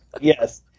Yes